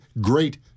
great